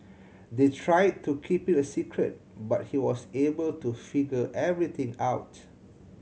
they tried to keep it a secret but he was able to figure everything out